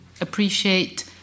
appreciate